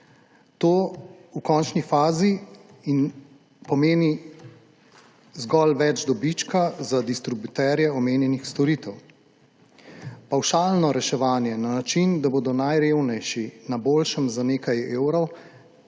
To v končni fazi pomeni zgolj več dobička za distributerje omenjenih storitev. Pavšalno reševanje na način, da bodo najrevnejši na boljšem za nekaj evrov,